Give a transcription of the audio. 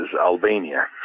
Albania